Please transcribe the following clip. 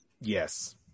Yes